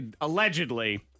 allegedly